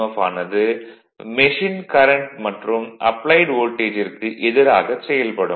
F ஆனது machine current மற்றும் applied வோல்டேஜிற்கு எதிராகச் செயல்படும்